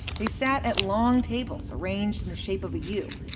they sat at long tables arranged in the shape of a u.